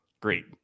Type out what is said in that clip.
Great